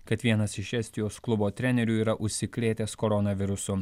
kad vienas iš estijos klubo trenerių yra užsikrėtęs koronavirusu